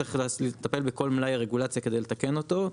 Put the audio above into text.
שצריך לטפל בכל מלאי הרגולציה כדי לתקן אותו.